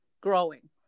growing